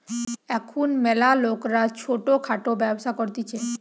এখুন ম্যালা লোকরা ছোট খাটো ব্যবসা করতিছে